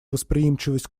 восприимчивость